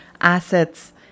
assets